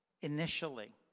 initially